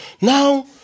Now